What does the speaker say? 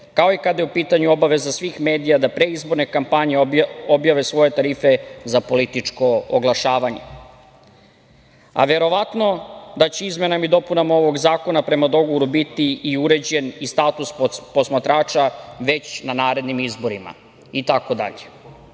kao i kada je u pitanju obaveza svih medija da pre izborne kampanje objave svoje tarife za političko oglašavanje. Verovatno da će izmenama i dopunama ovog zakona prema dogovoru biti uređen i status posmatrača već na narednim izborima